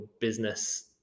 business